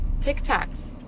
Tic-tacs